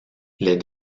les